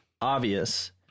obvious